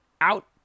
out